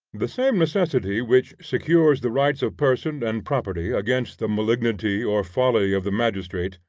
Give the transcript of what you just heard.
the same necessity which secures the rights of person and property against the malignity or folly of the magistrate,